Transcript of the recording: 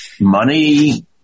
money